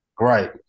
Right